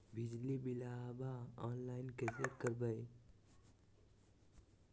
बिजली बिलाबा ऑनलाइन कैसे करबै?